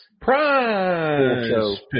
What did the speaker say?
Prize